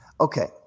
okay